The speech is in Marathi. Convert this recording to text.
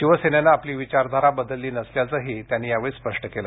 शिवसेनेनं आपली विचारधारा बदलली नसल्याचही त्यांनी यावेळी स्पष्ट केलं